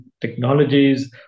technologies